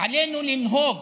עלינו לנהוג,